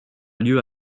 lieu